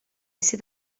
sydd